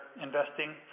investing